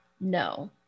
No